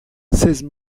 seize